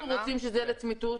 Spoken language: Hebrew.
אנחנו רוצים שזה יהיה לצמיתות.